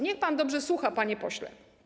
Niech pan dobrze słucha, panie pośle.